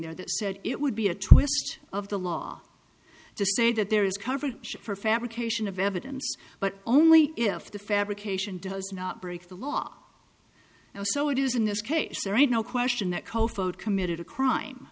there that said it would be a twist of the law to say that there is coverage for fabrication of evidence but only if the fabrication does not break the law so it is in this case there is no question that committed a crime